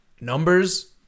Numbers